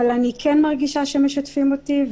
אני כן מרגישה שמשתפים אותי.